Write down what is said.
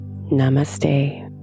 Namaste